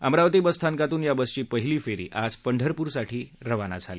Amravati bus स्थानकातून या बसची पहिली फेरी आज पंढरपूरसाठी रवाना झाली